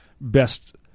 best